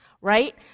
right